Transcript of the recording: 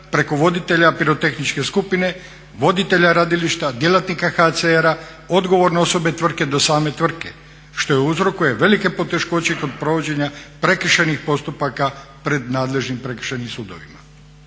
preko voditelja pirotehničke skupine, voditelja radilišta, djelatnika HCR-a, odgovorne osobe tvrtke do same tvrtke što uzrokuje velike poteškoće kod provođenja prekršajnih postupaka pred nadležnim prekršajnim sudovima.